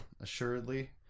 assuredly